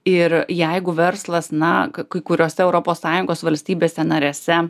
ir jeigu verslas na kai kuriose europos sąjungos valstybėse narėse